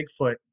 Bigfoot